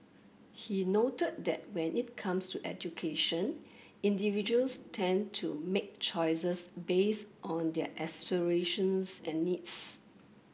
he noted that when it comes to education individuals tend to make choices based on their aspirations and needs